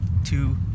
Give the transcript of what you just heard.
Two